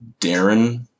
Darren